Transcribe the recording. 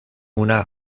una